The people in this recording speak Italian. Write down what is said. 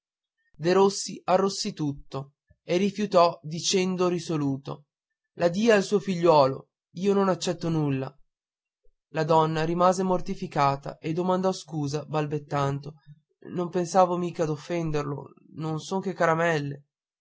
dorato derossi arrossì tutto e rifiutò dicendo risolutamente la dia al suo figliuolo io non accetto nulla la donna rimase mortificata e domandò scusa balbettando non pensavo mica d'offenderlo non sono che caramelle